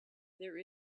there